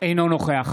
אינו נוכח